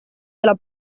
della